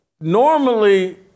normally